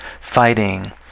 fighting